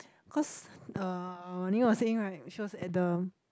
cause uh Wan-Ning was saying right she was at the